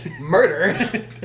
murder